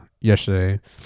yesterday